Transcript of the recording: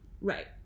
Right